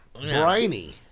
briny